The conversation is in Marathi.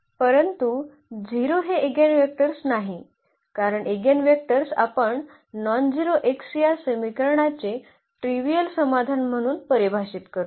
परंतु 0 हे ईगेनवेक्टर्स नाही कारण ईगेनवेक्टर्स आपण नॉनझेरो x या समीकरणाचे ट्रीवियल समाधान म्हणून परिभाषित करतो